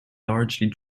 largely